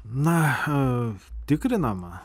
na tikrinama